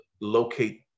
locate